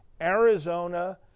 arizona